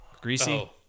Greasy